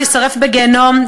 תישרף בגיהינום",